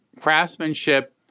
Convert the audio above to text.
craftsmanship